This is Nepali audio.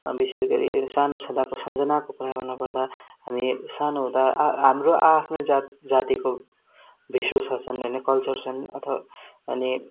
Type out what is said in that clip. विशेष गरी सानो छँदाको सम्झनाको कुरा गर्नुपर्दा हामी सानो हुँदा हा हाम्रो आआफ्नो जातजातिको वेशभूषा छन् होइन कल्चर छन् अथवा अनि